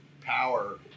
power